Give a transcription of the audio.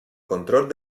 control